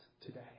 today